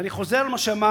ואני חוזר על מה שאמר